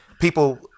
people